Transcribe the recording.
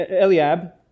Eliab